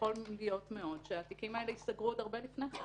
יכול להיות שהתיקים האלה ייסגרו עוד הרבה לפני כן.